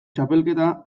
txapelketa